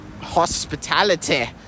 hospitality